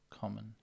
common